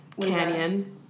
Canyon